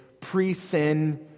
pre-sin